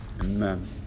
amen